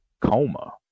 coma